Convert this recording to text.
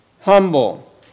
humble